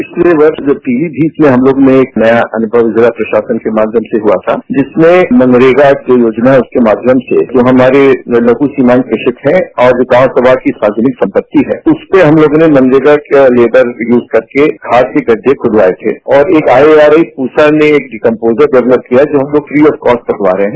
पिछले वर्ष जब पीलीमीत में हम लोगों ने एक नया अनुमव जिला प्रशासन के माध्यम से हुआ था जिसने मनरेगा जो योजना है के माध्यम से जो हमारे लघू सीमांत कृषक हैं और जो ग्राम समाज की सार्वजनिक संपत्ति है उसमें हम लोगों ने मनरेगा का लेवर यूज करके खाद के गड़ढे खुदवाये थे और एक आंगनबाड़ी रूवा ने कम्पोजर डेवलप किया जो हम लोग फ्री ऑफ कास्ट बंटवा रहे हैं